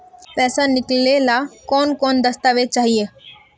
पैसा निकले ला कौन कौन दस्तावेज चाहिए?